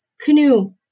canoe